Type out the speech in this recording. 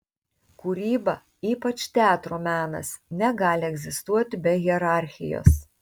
kūryba ypač teatro menas negali egzistuoti be hierarchijos